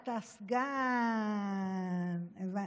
אתה סגן, הבנתי.